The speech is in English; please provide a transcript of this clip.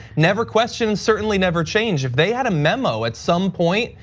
never question, certainly never change. if they had a memo at some point,